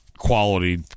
quality